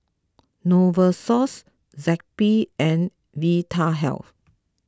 Novosource Zappy and Vitahealth